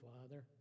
father